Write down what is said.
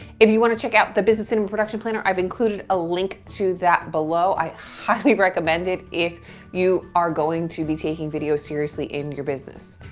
if you wanna check out the business cinema and production planner, i've included a link to that below, i highly recommend it, if you are going to be taking video seriously in your business.